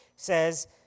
says